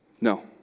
No